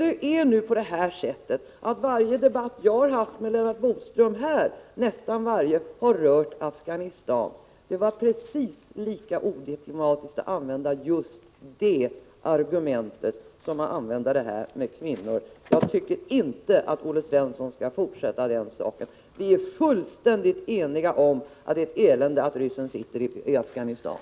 Det är nu på det sättet att nästan varje debatt jag har haft här i riksdagen med Lennart Bodström har rört Afghanistan. Det var precis lika odiplomatiskt att använda just det argumentet som att använda påståenden om Lindgrens kvinnosyn. Jag tycker inte att Olle Svensson skall fortsätta den argumenteringen. Vi är fullständigt eniga om att det är ett elände att ryssen sitter i Afghanistan.